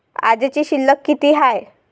आजची शिल्लक किती हाय?